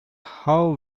how